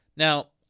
Now